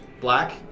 black